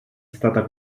stata